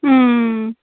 اۭں